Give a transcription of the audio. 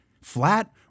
Flat